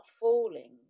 falling